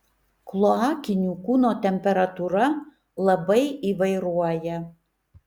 kloakinių kūno temperatūra labai įvairuoja